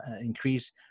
increase